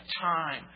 time